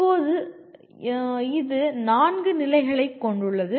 இப்போது இது 4 நிலைகளைக் கொண்டுள்ளது